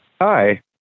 Hi